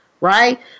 right